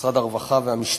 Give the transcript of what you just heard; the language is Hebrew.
משרד הרווחה והמשטרה,